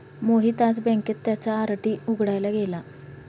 मोहित आज बँकेत त्याचा आर.डी उघडायला गेला